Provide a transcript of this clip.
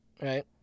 right